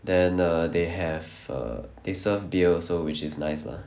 then err they have err they serve beer also which is nice lah